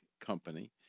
company